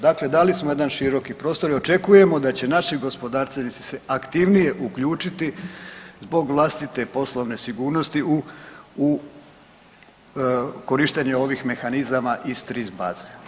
Dakle, dali smo jedan široki prostor i očekujemo da će naši gospodarstvenici se aktivne uključiti zbog vlastite poslovne sigurnosti u, u korištenje ovih mehanizama iz TRIS baze.